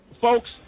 folks